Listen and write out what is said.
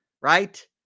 right